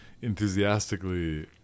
enthusiastically